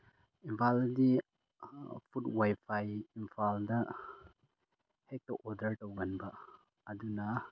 ꯏꯝꯐꯥꯜꯗꯤ food ꯋꯥꯏꯐꯥꯏ ꯏꯝꯐꯥꯜꯗ ꯍꯦꯛꯇ ꯑꯣꯔꯗꯔ ꯇꯧꯃꯟꯕ ꯑꯗꯨꯅ